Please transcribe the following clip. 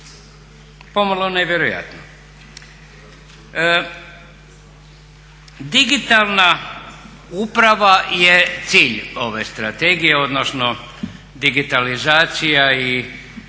Pomalo nevjerojatno. Digitalna uprava je cilj ove Strategije odnosno digitalizacija i